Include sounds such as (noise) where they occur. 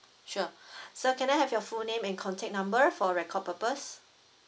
sure (breath) so can I have your full name and contact number for record purpose